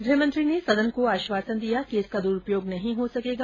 गृहमंत्री ने सदन को आश्वासन दिया कि इसका द्रुपयोग नहीं हो सकेगा